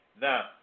Now